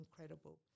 incredible